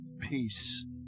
peace